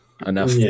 enough